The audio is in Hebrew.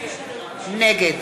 נגד